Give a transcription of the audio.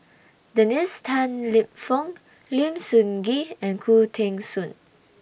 Dennis Tan Lip Fong Lim Sun Gee and Khoo Teng Soon